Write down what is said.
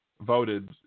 voted